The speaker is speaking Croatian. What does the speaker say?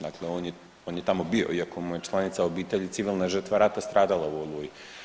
Dakle, on je tamo bio iako mu je članica obitelji civilna žrtva rata stradala u Oluji.